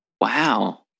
Wow